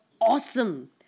awesome